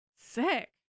Sick